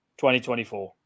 2024